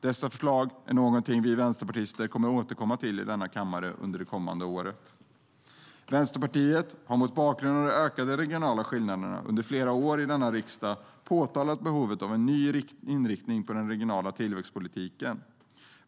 Dessa förslag är någonting vi vänsterpartister kommer att återkomma till i denna kammare under det kommande året. Vänsterpartiet har mot bakgrund av de ökande regionala skillnaderna under flera år i denna riksdag påtalat behovet av en ny inriktning för den regionala tillväxtpolitiken.